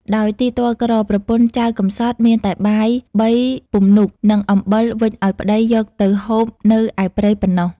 ដោយទីទ័លក្រ ប្រពន្ធចៅកំសត់ មានតែបាយ បីពំនូក និងអំបិលវេចអោយប្តីយកទៅហូបនៅឯព្រៃប៉ុណ្ណោះ ។